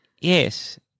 Yes